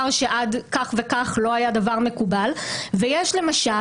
שעד כך וכך לא היה דבר מקובל ויש למשל,